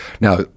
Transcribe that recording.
Now